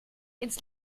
ins